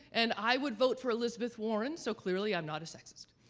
and i would vote for elizabeth warren so clearly, i'm not a sexist.